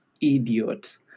idiot